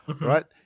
Right